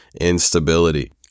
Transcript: instability